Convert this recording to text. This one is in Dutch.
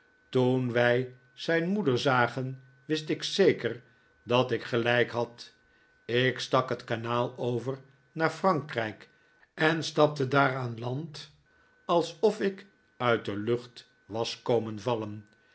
toen wij zijn moeder zagen wist ik zeker dat ik gelijk had ik stak het kanaal over naar frankrijk en stapte daar aan land alsof ik uit de lucht was komen vallen